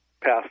pass